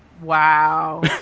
Wow